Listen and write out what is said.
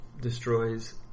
destroys